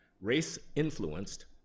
race-influenced